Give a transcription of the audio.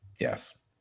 Yes